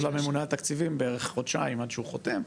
ממונה התקציבים בערך חודשיים עד שהוא חותם,